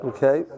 Okay